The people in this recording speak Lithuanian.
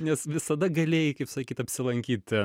nes visada galėjai kaip sakyt apsilankyti